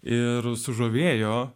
ir sužavėjo